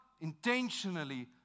intentionally